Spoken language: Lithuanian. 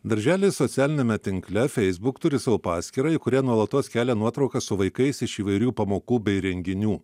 darželis socialiniame tinkle facebook turi savo paskyrą į kurią nuolatos kelia nuotraukas su vaikais iš įvairių pamokų bei renginių